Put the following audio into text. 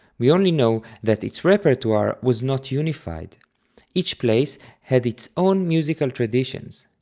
we only know that its repertoire was not unified each place had its own musical traditions.